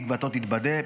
תקוותו תתבדה.